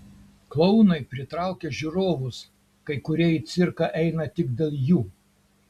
klounai pritraukia žiūrovus kai kurie į cirką eina tik dėl jų